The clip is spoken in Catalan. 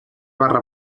barra